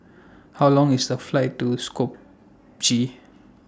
How Long IS The Flight to Skopje